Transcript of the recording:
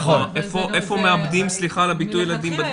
אז איפה מאבדים, סליחה על הביטוי, ילדים בדרך?